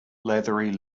leathery